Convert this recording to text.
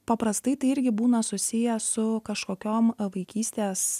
paprastai tai irgi būna susiję su kažkokiom vaikystės